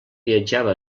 viatjava